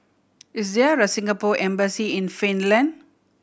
is there a Singapore Embassy in Finland